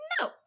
no